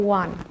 one